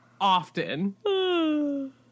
often